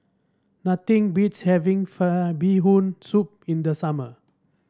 nothing beats having Bee Hoon Soup in the summer